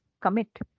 commit